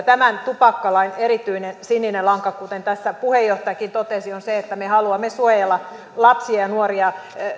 tämän tupakkalain erityinen sininen lanka kuten tässä puheenjohtajakin totesi on se että me haluamme suojella lapsia ja nuoria